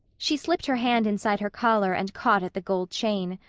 she slipped her hand inside her collar and caught at the gold chain.